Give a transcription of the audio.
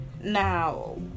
Now